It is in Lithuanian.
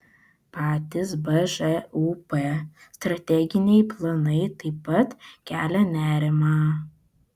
patys bžūp strateginiai planai taip pat kelia nerimą